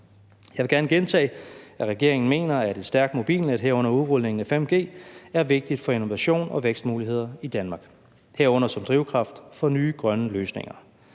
Jeg vil gerne gentage, at regeringen mener, at et stærkt mobilnet, herunder udrulning af 5G, er vigtigt for innovation og vækstmuligheder i Danmark, herunder som drivkraft for nye grønne løsninger.